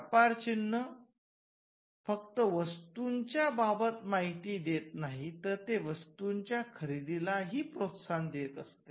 व्यापार चिन्ह फक्त वस्तूच्या बाबत माहिती देत नाही तर ते वस्तूच्या खरेदीला ही प्रोत्साहन देत असते